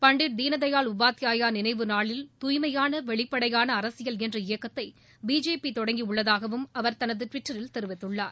பண்டிட் தீன்தயாள் உபத்யாயா நினைவு நாளில் துய்மையான வெளிப்படையாள அரசியல் என்ற இயக்கத்தை பிஜேபி தொடங்கி உள்ளதாகவும் அவர் தனது டுவிட்டரில் தெரிவித்துள்ளார்